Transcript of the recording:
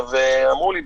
אמרו לי,